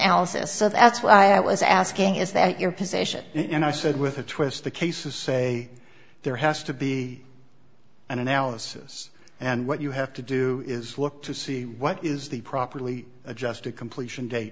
s so that's why i was asking is that your position and i said with a twist the cases say there has to be an analysis and what you have to do is look to see what is the properly adjusted completion da